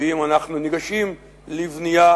ואם אנחנו ניגשים לבנייה,